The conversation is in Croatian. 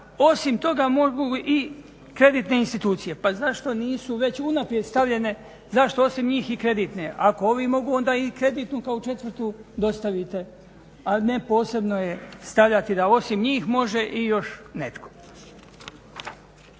osim toga mogu i kreditne institucije, pa zašto nisu već unaprijed stavljanje, zašto osim njih i kreditne ako ovi mogu onda i kreditnu kao četvrtu dostavite a ne posebno je stavljati da osim njih može i još netko.